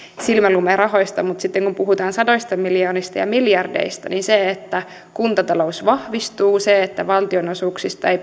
silmänlumerahoista mutta sitten kun puhutaan sadoista miljoonista ja miljardeista niin se että kuntatalous vahvistuu ja että valtionosuuksista ei